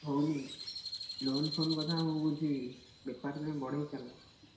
ହେଉନି loan phone କଥା ମୁଁ ବୁଝିବି ବେପାର ତୁମେ ବଢ଼େଇ ଚାଲ